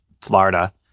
Florida